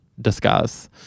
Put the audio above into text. discuss